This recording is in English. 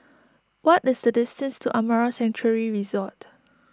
what is the distance to Amara Sanctuary Resort